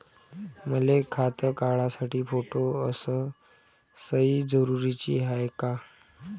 मले खातं काढासाठी फोटो अस सयी जरुरीची हाय का?